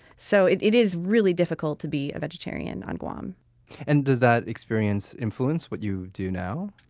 so it it is really difficult to be a vegetarian on guam and does that experience influence what you do now?